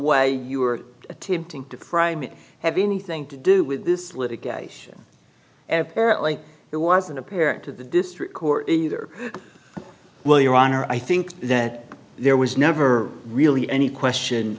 way you are attempting to frame it have anything to do with this litigation ever parent like it wasn't apparent to the district court either well your honor i think that there was never really any question